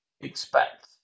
expect